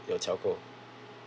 your telco